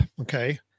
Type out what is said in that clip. okay